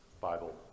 Bible